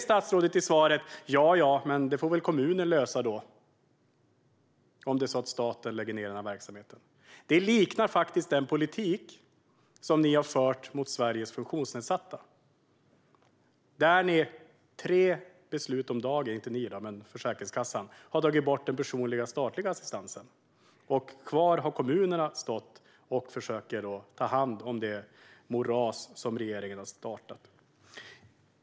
Statsrådet säger i svaret: Ja, ja, det får väl kommunen lösa om staten lägger ned verksamheten. Detta liknar faktiskt den politik som ni har fört mot Sveriges funktionsnedsatta. Försäkringskassan har fattat tre beslut om dagen om att dra in den statliga personliga assistansen. Kommunerna har stått kvar och försökt ta hand om det moras som regeringen har åstadkommit.